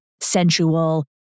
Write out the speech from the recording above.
sensual